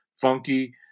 funky